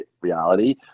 reality